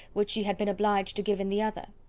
which she had been obliged to give in the other?